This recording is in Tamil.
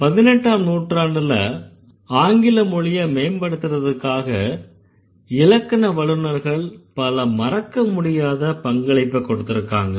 18ஆம் நூற்றாண்டுல ஆங்கில மொழிய மேம்படுத்தறதுக்காக இலக்கண வல்லுநர்கள் பல மறக்க முடியாத பங்களிப்பைக் கொடுத்திருக்காங்க